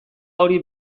hori